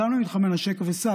גם למתחמי "נשק וסע",